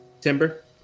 Timber